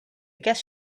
guess